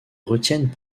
retiennent